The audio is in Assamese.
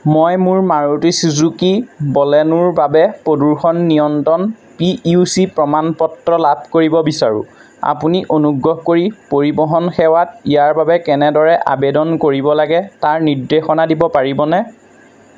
মই মোৰ মাৰুতি ছুজুকি বলেনোৰ বাবে প্ৰদূষণ নিয়ন্ত্ৰণ পি ইউ চি প্ৰমাণপত্ৰ লাভ কৰিব বিচাৰোঁ আপুনি অনুগ্ৰহ কৰি পৰিবহণ সেৱাত ইয়াৰ বাবে কেনেদৰে আবেদন কৰিব লাগে তাৰ নিৰ্দেশনা দিব পাৰিবনে